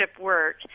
work